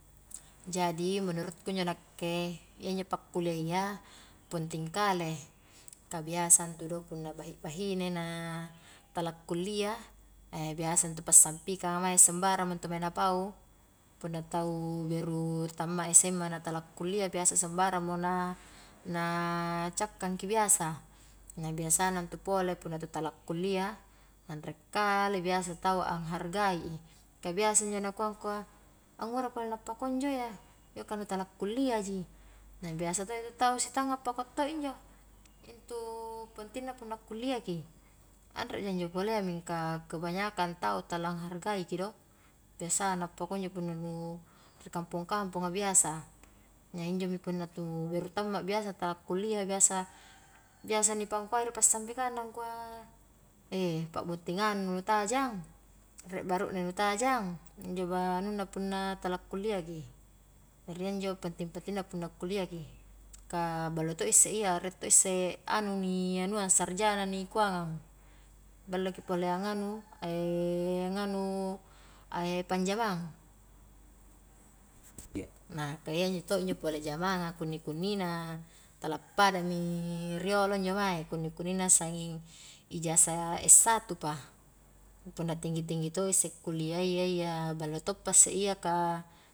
Jadi menurutku injo nakke, iya injo pakuliah ya penting kale, ka biasa intu do' punna bahine-bahine na tala kuliah biasa passampikanga mae sembarangmo intu na pau, punna tau beru tamma sma na tala kuliah biasa sembarang mo na na cakkan ki biasa, na biasana intu pole punna tu tala kuliah anre kale biasa tau anghargai, ka biasa injo nakua angkua, angura pole na pakunjo iya, iyo ka nu tala kuliah ji, biasa to intu tau sitanga pakua to injo, intu pentingna punna kuliah ki, anreja injo pole mingka kebanyakan tau tala anghargaiki do biasana pakunjo punna ri kampong-kamponga biasa, na injomi punna tu beru tamma biasa na tala kuliah i biasa biasa ni pangkuai ri passampiakangna angkua ei pa'buntingannu nu tajang, rie baru'ne nu tajang, injo ba anunna punna tala kuliahki, jari iya injo penting-pentingna punna kuliah ki, ka ballo to isse iya, rie to isse anu ni anua sarjana ni kuangang, balloki pole angnganu nganu panjamaang, nampa iya to injo pole jamaang a kunni-kunnina tala padami riolo injo mae, kunni-kunnina sanging ijazah s satu pa, punna tinggi-tinggi to isse kuliah ya iya, ballo toppa isse iya ka.